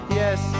yes